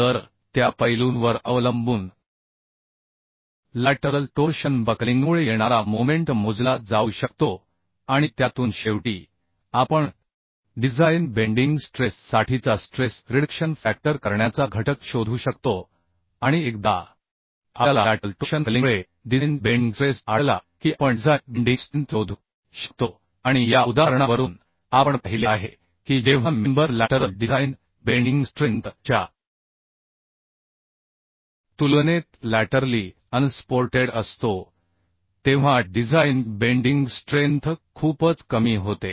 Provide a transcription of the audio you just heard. तर त्या पैलूंवर अवलंबून लॅटरल टोर्शन बकलिंगमुळे येणारा मोमेंट मोजला जाऊ शकतो आणि त्यातून शेवटी आपण डिझाइन बेंडिंग स्ट्रेस साठीचा स्ट्रेस रिडक्शन फॅक्टर करण्याचा घटक शोधू शकतो आणि एकदा आपल्याला लॅटरल टोर्शन बकलिंगमुळे डिझाइन बेंडिंग स्ट्रेस आढळला की आपण डिझाइन बेंडिंग स्ट्रेंथ शोधू शकतो आणि या उदाहरणावरून आपण पाहिले आहे की जेव्हा member lateral design bending strength च्या तुलनेत लॅटरली अनसपोर्टेड असतो तेव्हा डिझाइन बेंडिंग स्ट्रेंथ खूपच कमी होते